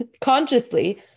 Consciously